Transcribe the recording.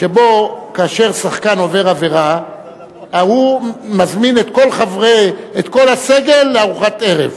שבו שחקן שעובר עבירה מזמין את כל הסגל לארוחת ערב.